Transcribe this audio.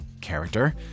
character